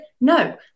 No